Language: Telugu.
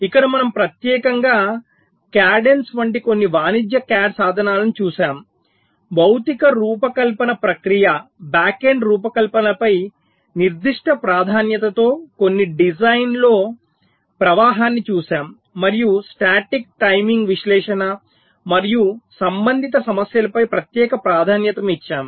ఇక్కడ మనము ప్రత్యేకంగా కాడెన్స్ వంటి కొన్ని వాణిజ్య CAD సాధనాలను చూశాము భౌతిక రూపకల్పన ప్రక్రియ బ్యాకెండ్ రూపకల్పనపై నిర్దిష్ట ప్రాధాన్యతతో కొన్ని డిజైన్ ప్రవాహాన్ని చూశాము మరియు స్టాటిక్ టైమింగ్ విశ్లేషణ మరియు సంబంధిత సమస్యలపై ప్రత్యేక ప్రాధాన్యతనిచ్చాము